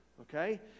okay